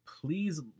Please